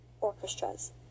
orchestras